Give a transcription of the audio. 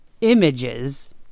images